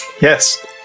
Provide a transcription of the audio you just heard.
yes